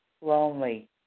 lonely